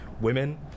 women